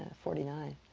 forty nine.